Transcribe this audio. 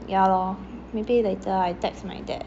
just come at this kind of timing